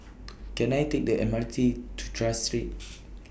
Can I Take The M R T to Tras Street